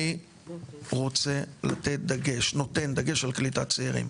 אני רוצה לתת דגש, נותן דגש, על קליטת צעירים.